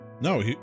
No